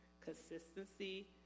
consistency